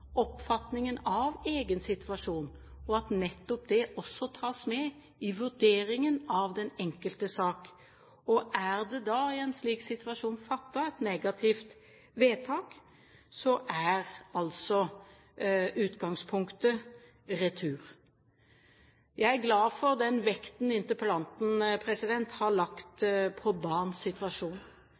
oppfatningen av egen situasjon, og at det også tas med i vurderingen av den enkelte sak. Er det da i en slik situasjon fattet et negativt vedtak, er utgangspunktet retur. Jeg er glad for den vekten interpellanten har lagt på barns situasjon.